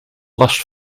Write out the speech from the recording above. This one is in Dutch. last